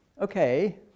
okay